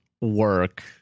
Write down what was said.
work